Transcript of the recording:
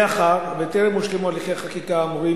מאחר שטרם הושלמו הליכי החקיקה האמורים